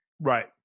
Right